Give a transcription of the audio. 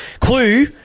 clue